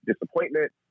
disappointment